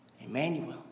Emmanuel